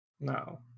No